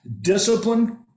Discipline